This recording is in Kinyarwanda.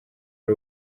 ari